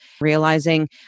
realizing